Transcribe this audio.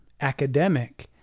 academic